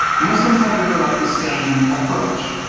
muslims have developed the same approach.